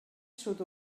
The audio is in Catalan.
sud